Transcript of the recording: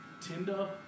Tinder